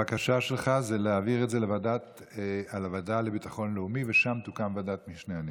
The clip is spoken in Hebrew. הבקשה שלך זה להעביר את זה לוועדה לביטחון לאומי ושם תוקם ועדת משנה,